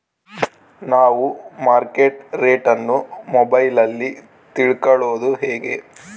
ನಾವು market rate ಅನ್ನು ಮೊಬೈಲಲ್ಲಿ ತಿಳ್ಕಳೋದು ಹೇಗೆ?